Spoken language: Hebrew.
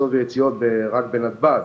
כניסות ויציאות רק בנתב"ג,